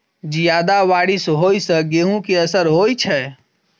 जियादा बारिश होइ सऽ गेंहूँ केँ असर होइ छै?